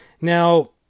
Now